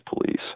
police